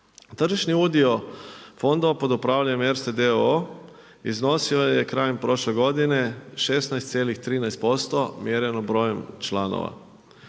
Tržišni udio fondova pod upravljanjem ERSTE d.o.o. iznosio je krajem prošle godine 16,13% mjereno brojem članova.